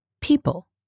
people